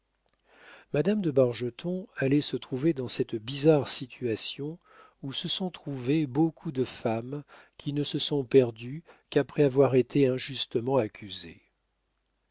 madame de bargeton allait se trouver dans cette bizarre situation où se sont trouvées beaucoup de femmes qui ne se sont perdues qu'après avoir été injustement accusées